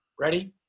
ready